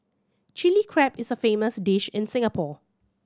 Chilli Crab is a famous dish in Singapore